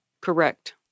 Correct